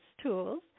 tools